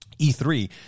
e3